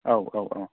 औ औ औ